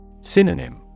Synonym